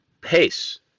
pace